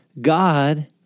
God